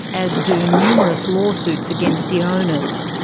as do numerous lawsuits against the owners.